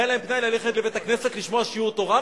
היה להם פנאי ללכת לבית-הכנסת לשמוע שיעור תורה,